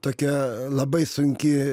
tokia labai sunki